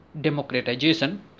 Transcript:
democratization